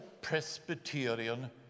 Presbyterian